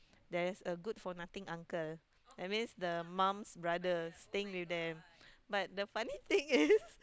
there's a good for nothing uncle that means the mum's brother staying with them but the funny thing is